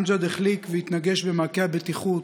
אמג'ד החליק והתנגש במעקה הבטיחות,